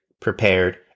prepared